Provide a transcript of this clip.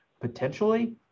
potentially